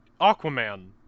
Aquaman